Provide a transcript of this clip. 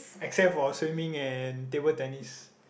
except for swimming and table tennis